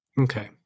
okay